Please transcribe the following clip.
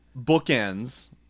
bookends